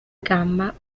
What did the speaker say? gamma